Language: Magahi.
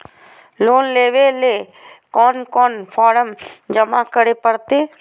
लोन लेवे ले कोन कोन फॉर्म जमा करे परते?